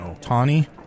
Tawny